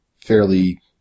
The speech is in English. fairly